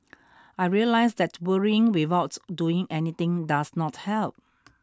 I realised that worrying without doing anything does not help